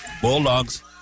Bulldogs